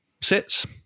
sits